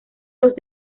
los